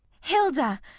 Hilda